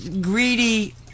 greedy